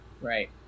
Right